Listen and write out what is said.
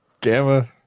gamma